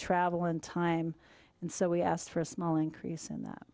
travel and time and so we asked for a small increase in that